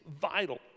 vital